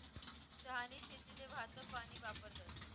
चहानी शेतीले वाहतं पानी वापरतस